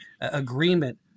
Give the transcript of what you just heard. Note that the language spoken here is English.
agreement